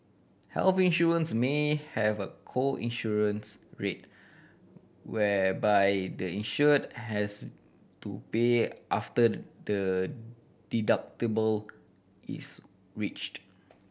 health insurance may have a co insurance rate whereby the insured has to pay after the deductible is reached